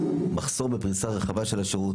מחסור בפרישה רחבה של השירות,